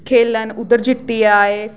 खेलन उद्धर जित्तियै आए